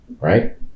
Right